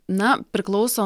na priklauso